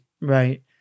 right